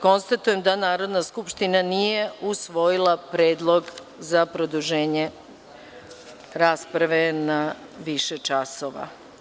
Konstatujem da Narodna skupština nije usvojila predlog za produženje rasprave na više časova.